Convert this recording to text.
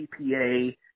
CPA